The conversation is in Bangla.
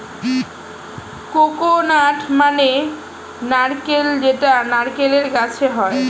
কোকোনাট মানে নারকেল যেটা নারকেল গাছে হয়